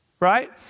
Right